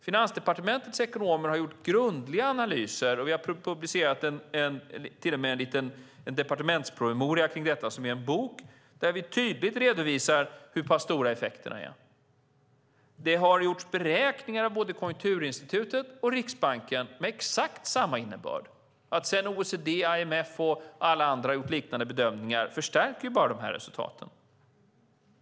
Finansdepartementets ekonomer har gjort grundliga analyser, och vi har till och med publicerat en departementspromemoria kring detta, en bok, där vi tydligt redovisar hur pass stora effekterna är. Det har gjorts beräkningar av både Konjunkturinstitutet och Riksbanken med exakt samma innebörd. Att sedan OECD, IMF och alla andra har gjort liknande bedömningar förstärker bara dessa resultat.